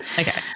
okay